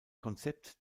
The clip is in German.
konzept